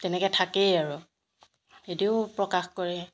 তেনেকৈ থাকেই আৰু সেইদৰেও প্ৰকাশ কৰে